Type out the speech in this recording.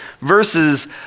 versus